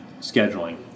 scheduling